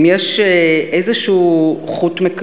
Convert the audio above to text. יש לי הזכות לברך את